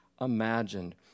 imagined